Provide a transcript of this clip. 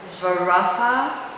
Varaha